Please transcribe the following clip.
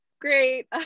great